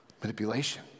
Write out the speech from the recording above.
Manipulation